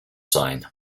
sign